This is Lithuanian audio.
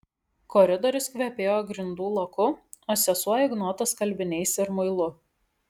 koridorius kvepėjo grindų laku o sesuo ignota skalbiniais ir muilu